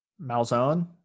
malzone